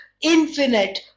infinite